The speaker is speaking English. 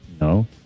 No